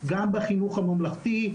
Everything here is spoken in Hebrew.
גם בחינוך הממלכתי,